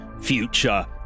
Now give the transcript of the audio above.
future